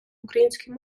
українській